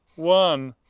one.